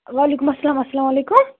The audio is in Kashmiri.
وعلیکُم اسلام اسلامُ علیکُم